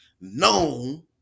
Known